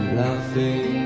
laughing